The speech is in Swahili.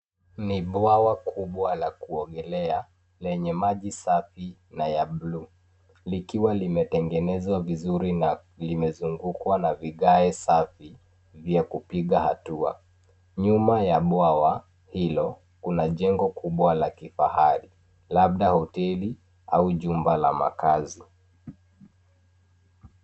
Ni bwawa kubwa la kuogelea lenye maji safi na ya bluu. Likiwa limetegenezwa vizuri na limezugukwa na vigae safi vya kupiga hatua. Nyuma ya bwawa hilo kuna jengo kubwa la kifahari labda hoteli au jumba la makazi.